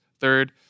Third